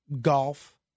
golf